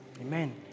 Amen